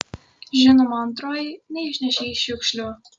žinoma antroji neišnešei šiukšlių